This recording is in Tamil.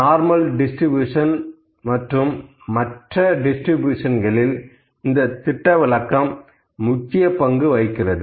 நார்மல் டிஸ்ட்ரிபியூஷன் மற்றும் மற்ற டிஸ்ட்ரிபியூஷன்களில் இந்த திட்டவிலக்கம் முக்கிய பங்கு வகிக்கிறது